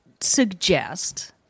suggest